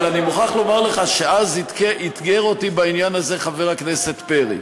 אבל אני מוכרח לומר לך שאז אתגר אותי בעניין הזה חבר הכנסת פרי,